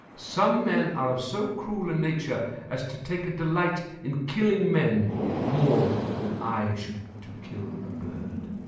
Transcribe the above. some men are of so cruel a nature as to take a delight in killing men more than i should to kill a bird.